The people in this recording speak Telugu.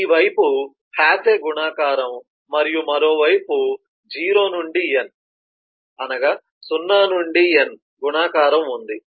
ఈ వైపు HAS A గుణకారం మరియు మరొక వైపు 0 నుండి n 0 n గుణకారం ఉంది